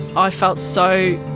i felt so,